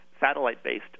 satellite-based